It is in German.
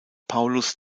paulus